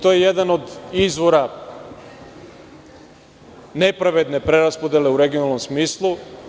To je jedan od izvora nepravedne preraspodele u regionalnom smislu.